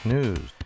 News